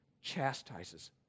chastises